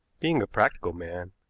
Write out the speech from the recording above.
being a practical man,